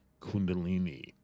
kundalini